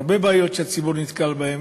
הרבה בעיות שהציבור נתקל בהן,